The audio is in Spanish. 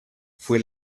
fue